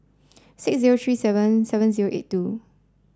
six zero three seven seven zero eight two